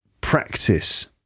practice